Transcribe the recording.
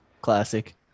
Classic